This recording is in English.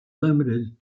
limited